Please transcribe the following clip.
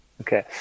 Okay